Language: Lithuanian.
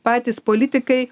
patys politikai